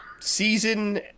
season